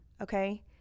okay